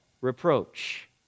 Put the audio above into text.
reproach